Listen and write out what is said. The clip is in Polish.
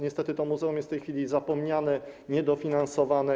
Niestety to muzeum jest w tej chwili zapomniane, niedofinansowane.